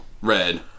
red